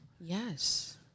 Yes